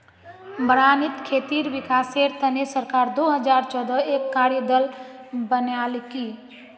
बारानीत खेतीर विकासेर तने सरकार दो हजार चौदहत एक कार्य दल बनैय्यालकी